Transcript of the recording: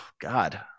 God